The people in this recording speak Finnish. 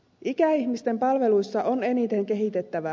ikäihmisten palveluissa on eniten kehitettävää